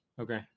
Okay